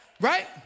Right